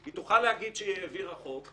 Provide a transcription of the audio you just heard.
היא תוכל להגיד שהיא העבירה חוק.